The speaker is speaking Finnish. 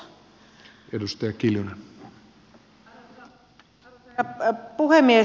arvoisa herra puhemies